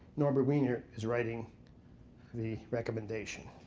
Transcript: norbert wiener is writing the recommendation.